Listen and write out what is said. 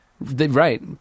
Right